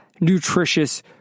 nutritious